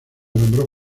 nombró